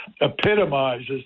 epitomizes